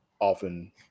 often